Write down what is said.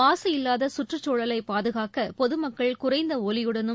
மாசு இல்லாத சுற்றுச்சூழலை பாதுகாக்க பொதுமக்கள் குறைந்த ஒலியுடனும்